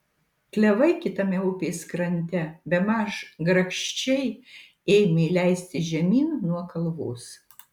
klevai kitame upės krante bemaž grakščiai ėmė leistis žemyn nuo kalvos